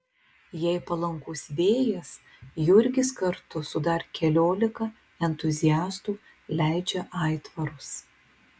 jei palankus vėjas jurgis kartu su dar keliolika entuziastų leidžia aitvarus